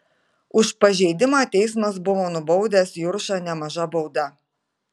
už pažeidimą teismas buvo nubaudęs juršą nemaža bauda